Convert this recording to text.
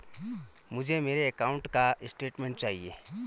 मुझे मेरे अकाउंट का स्टेटमेंट चाहिए?